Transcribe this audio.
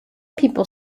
people